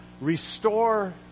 restore